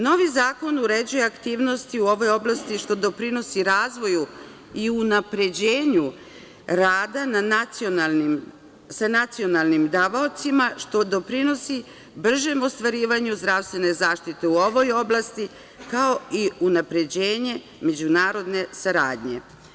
Novi zakon uređuje aktivnosti u ovoj oblasti, što doprinosi razvoju i unapređenju rada sa nacionalnim davaocima, što doprinosi bržem ostvarivanju zdravstvene zaštite u ovoj oblasti, kao i unapređenje međunarodne saradnje.